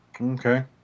Okay